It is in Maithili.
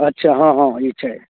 अच्छा हँ हँ ई छै